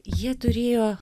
jie turėjo